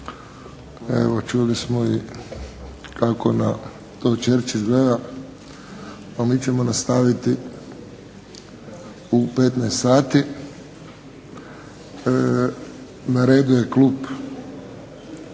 Evo čuli smo kako to Churchill pa mi ćemo nastaviti u 15,00 sati. Na redu je klub